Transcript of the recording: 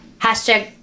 hashtag